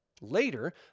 Later